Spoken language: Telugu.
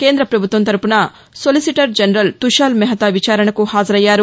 కేంద్ర పభుత్వం తరపున సొలిసిటర్ జనరల్ తుషాల్ మెహతా విచారణకు హాజరయ్యారు